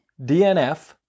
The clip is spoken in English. DNF